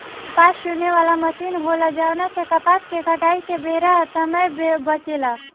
कपास चुने वाला मशीन होला जवना से कपास के कटाई के बेरा समय बचेला